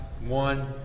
One